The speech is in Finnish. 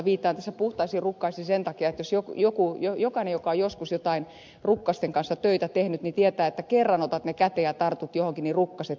viittaan tässä puhtaisiin rukkasiin sen takia että jokainen joka on joskus rukkasten kanssa töitä tehnyt tietää että kun kerran otat ne käteen ja tartut johonkin niin rukkaset likaantuvat